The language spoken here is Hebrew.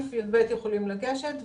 י"א,